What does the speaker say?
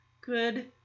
Good